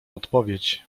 odpowiedź